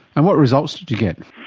and what results did you get?